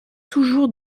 toujours